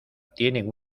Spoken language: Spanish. tienen